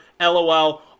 LOL